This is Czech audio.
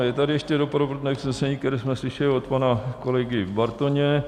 Je tady ještě doprovodné usnesení, které jsme slyšeli od pana kolegy Bartoně.